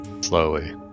slowly